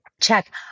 check